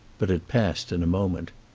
but it passed in a moment.